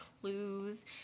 clues